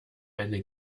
eine